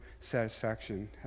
satisfaction